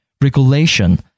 regulation